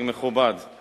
אני